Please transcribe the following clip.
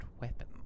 weapon